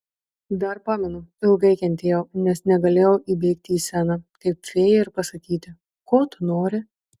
dar pamenu ilgai kentėjau nes negalėjau įbėgti į sceną kaip fėja ir pasakyti ko tu nori